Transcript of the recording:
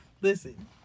Listen